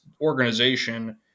organization